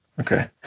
Okay